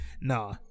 Nah